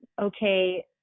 Okay